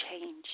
change